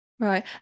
Right